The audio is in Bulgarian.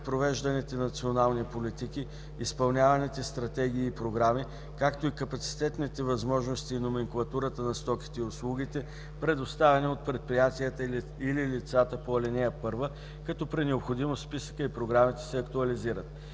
провежданите национални политики, изпълняваните стратегии и програми, както и капацитетните възможности и номенклатурата на стоките и услугите, предоставяни от предприятията или лицата по ал. 1, като при необходимост списъкът и програмите се актуализират.